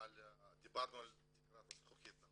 דיברנו על תקרת הזכוכית.